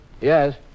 Yes